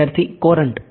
વિદ્યાર્થી કોરંટ